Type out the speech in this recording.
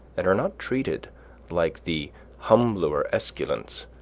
and are not treated like the humbler esculents,